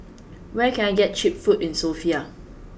where can I get cheap food in Sofia